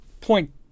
point